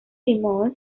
demos